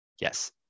Yes